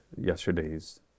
yesterday's